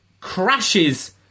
crashes